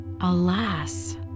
Alas